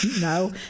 No